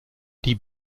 die